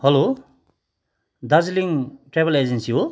hello Darjeeling travel agency हो